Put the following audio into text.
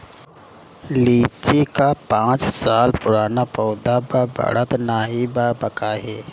लीची क पांच साल पुराना पौधा बा बढ़त नाहीं बा काहे?